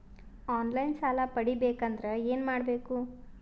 On line ಸಾಲ ಪಡಿಬೇಕಂದರ ಏನಮಾಡಬೇಕು?